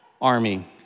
army